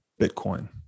Bitcoin